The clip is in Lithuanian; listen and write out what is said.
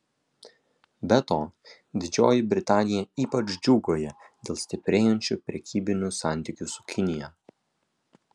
be to didžioji britanija ypač džiūgauja dėl stiprėjančių prekybinių santykių su kinija